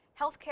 Healthcare